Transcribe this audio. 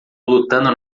lutando